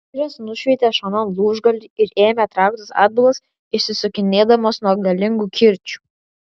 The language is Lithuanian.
vyras nušveitė šonan lūžgalį ir ėmė trauktis atbulas išsisukinėdamas nuo galingų kirčių